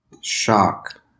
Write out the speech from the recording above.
shock